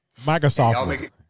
Microsoft